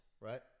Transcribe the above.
right